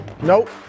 nope